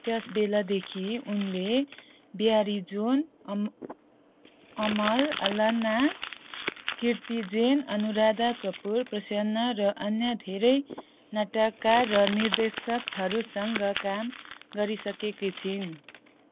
त्यस बेलादेखि उनले ब्यारी जोन अम् अमल अलाना कीर्ति जैन अनुराधा कपुर प्रसन्ना र अन्य धेरै नाटककार र निर्देशकहरूसँग काम गरिसकेकी छिन्